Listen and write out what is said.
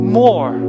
more